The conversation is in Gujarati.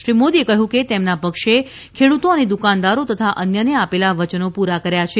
શ્રી મોદીએ કહ્યું કે તેમના પક્ષે ખેડૂતો અને દુકાનદારો તથા અન્યને આપેલા વચનો પૂરા કર્યા છે